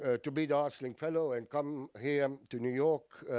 ah to be the artslink fellow and come here to new york